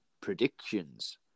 predictions